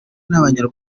n’abanya